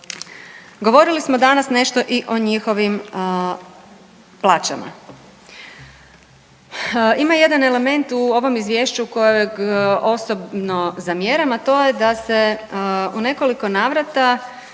Govorili smo danas nešto i o njihovim plaćama. Ima jedan element u ovom izvješću kojeg osobno zamjeram, a to je da se u nekoliko navrata